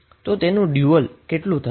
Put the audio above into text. તો તેનું ડયુઅલ શુ થશે